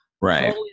Right